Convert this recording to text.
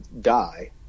die